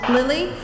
Lily